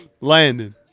Landon